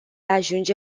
ajunge